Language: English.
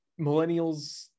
millennials